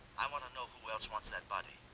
i want to know who else wants that body.